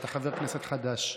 אתה חבר כנסת חדש,